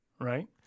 right